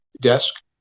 desk